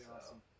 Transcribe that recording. awesome